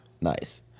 Nice